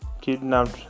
kidnapped